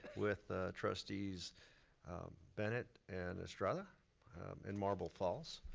with trustees bennett and estrada in marble falls.